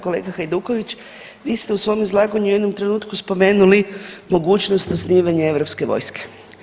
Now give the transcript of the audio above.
Kolega Hajduković vi ste u svom izlaganju u jednom trenutku spomenuli mogućnost osnivanja europske vojske.